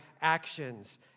actions